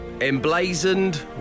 emblazoned